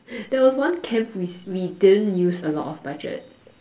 there was one camp which we didn't use a lot of budget